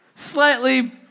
slightly